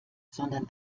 sondern